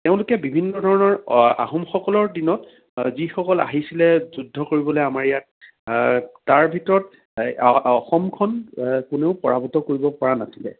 তেওঁলোকে বিভিন্ন ধৰণৰ আহোমসকলৰ দিনত যিসকল আহিছিলে যুদ্ধ কৰিব আমাৰ ইয়াত তাৰ ভিতৰত অসমখন কোনো পৰাভূত কৰিবপৰা নাছিলে